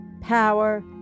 power